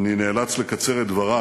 אני נאלץ לקצר את דברי